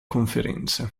conferenze